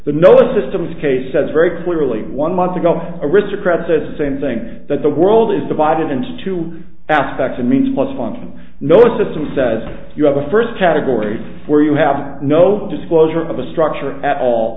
but no the system of the case says very clearly one month ago aristocrat said the same thing that the world is divided into two aspects a means plus function no it system says you have a first category where you have no disclosure of a structure at all